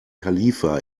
khalifa